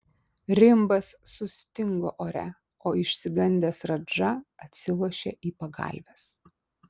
rimbas sustingo ore o išsigandęs radža atsilošė į pagalves